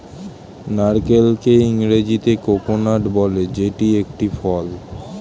নারকেলকে ইংরেজিতে কোকোনাট বলে যেটি একটি ফল